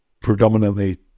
predominantly